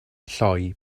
lloi